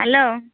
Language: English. hello